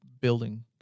building